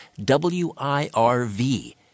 WIRV